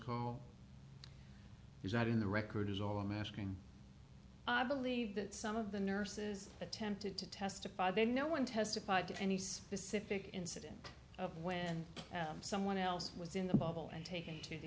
called is that in the record is all i'm asking i believe that some of the nurses attempted to testify that no one testified to any specific incident of when someone else was in the bubble and taken to the